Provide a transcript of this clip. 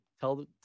Tell